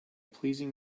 pleasing